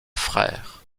frère